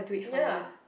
ya